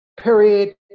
period